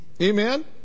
Amen